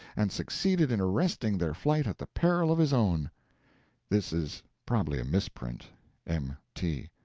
and succeeded in arresting their flight at the peril of his own this is probably a misprint m. t.